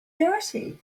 dirty